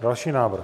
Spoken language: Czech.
Další návrh.